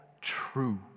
true